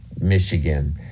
Michigan